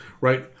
right